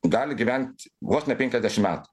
dalį gyvent vos ne penkiasdešim metų